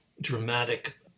dramatic